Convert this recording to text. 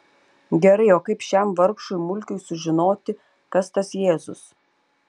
gerai o kaip šiam vargšui mulkiui sužinoti kas tas jėzus